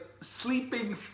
sleeping